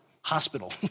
hospital